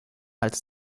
als